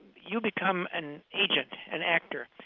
you become an agent, an actor.